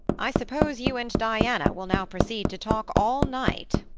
i suppose you and diana will now proceed to talk all night,